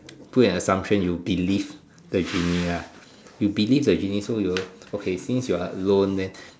put an assumption you believe the genie ah you believe the genie so you okay since you're alone then